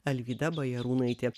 alvyda bajarūnaitė